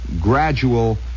gradual